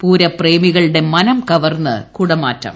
പൂരപ്രേമികളുടെ മനം കവർന്ന് കുടമാറ്റം